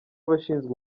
abashinzwe